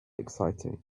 exciting